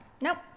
Nope